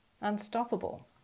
unstoppable